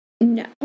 No